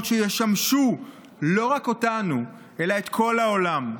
שישמשו לא רק אותנו אלא את כל העולם.